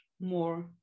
more